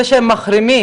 זה שהם מחרימים.